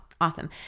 Awesome